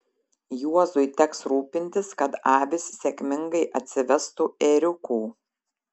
juozui teks rūpintis kad avys sėkmingai atsivestų ėriukų